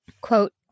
quote